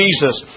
Jesus